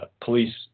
police